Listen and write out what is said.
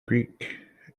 greek